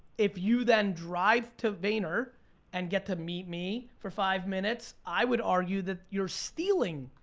if you then drive to vayner and get to meet me for five minutes, i would argue that you're stealing